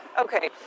okay